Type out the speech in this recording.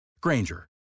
Granger